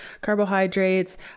carbohydrates